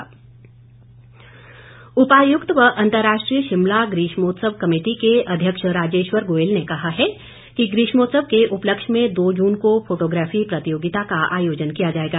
DC Shimla उपायुक्त व अंतर्राष्ट्रीय शिमला ग्रीष्मोत्सव कमेटी के अध्यक्ष राजेश्वर गोयल ने कहा है कि ग्रीष्मोत्सव के उपलक्ष्य में दो जून को फोटोग्राफी प्रतियोगिता का आयोजन किया जाएगा